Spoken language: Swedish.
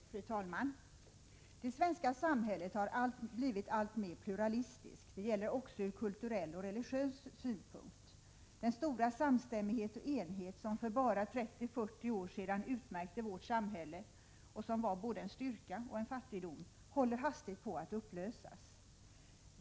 Fru talman! Det svenska samhället har blivit alltmera pluralistiskt. Det gäller också ur kulturell och religiös synpunkt. Den stora samstämmighet och enhet som för bara 3040 år sedan utmärkte vårt samhälle och som var både en styrka och en fattigdom håller hastigt på att upplösas.